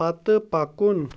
پتہٕ پکُن